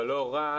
אבל לא רק.